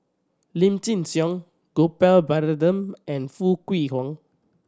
Lim Chin Siong Gopal Baratham and Foo Kwee Horng